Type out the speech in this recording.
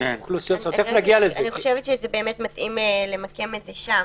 אני חושבת שמתאים למקם את זה שם